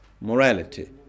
morality